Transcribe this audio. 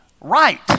right